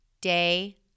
day